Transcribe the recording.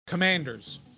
Commanders